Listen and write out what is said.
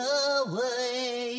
away